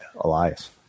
Elias